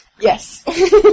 Yes